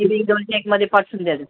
ती दोनच्या एकमध्ये पाठवून द्याल